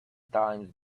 times